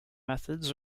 methods